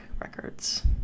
records